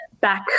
back